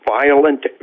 Violent